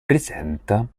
presenta